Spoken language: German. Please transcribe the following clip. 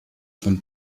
von